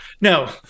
No